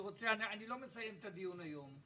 אני לא מסיים את הדיון היום.